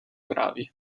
gravi